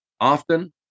Often